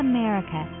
America